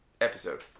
episode